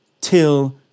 till